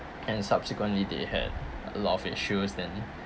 and subsequently they had a lot of issues then